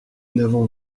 n’avons